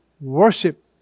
worship